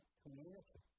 community